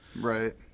Right